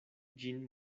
ĝin